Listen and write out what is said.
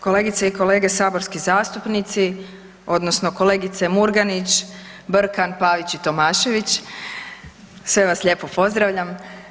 Kolegice i kolege saborski zastupnici odnosno kolegice Murganić, Brkan, Pavić i Tomašević, sve vas lijepo pozdravljam.